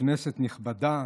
כנסת נכבדה,